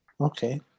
Okay